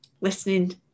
listening